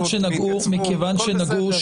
הכול בסדר.